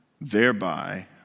thereby